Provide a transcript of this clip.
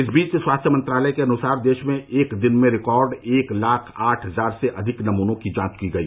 इस बीच स्वास्थ्य मंत्रालय के अनुसार देश में एक दिन में रिकॉर्ड एक लाख आठ हजार से अधिक नमूनों की जांच की गई